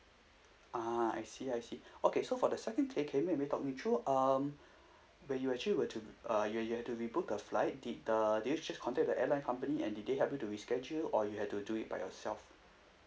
ah I see I see okay so for the second claim can you maybe talk me through um where you actually were to uh you you have to rebook the flight did the did you just contact with the airline company and did they help you to reschedule or you had to do it by yourself